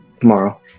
tomorrow